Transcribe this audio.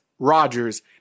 Rodgers